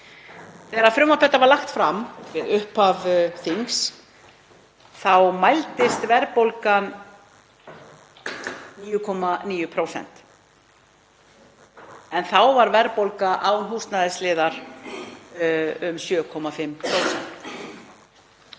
Þegar frumvarp þetta var lagt fram við upphaf þings þá mældist verðbólgan 9,9% en þá var verðbólga án húsnæðisliðar um 7,5%.